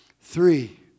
Three